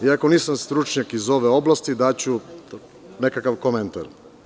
Iako nisam stručnjak iz ove oblasti, daću nekakav komentar.